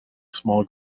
small